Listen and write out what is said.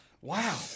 Wow